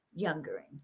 youngering